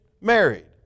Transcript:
married